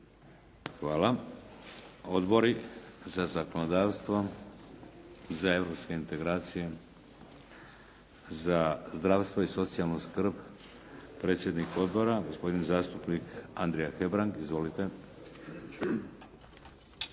Hvala. Odbori za zakonodavstvo? Za europske integracije? Za zdravstvo i socijalnu skrb? Predsjednik Odbora, gospodin zastupnik Andrija Hebrang. Izvolite.